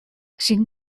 sin